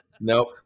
nope